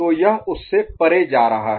तो यह उस से परे जा रहा है